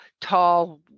tall